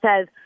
says